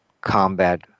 Combat